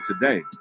today